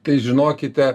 tai žinokite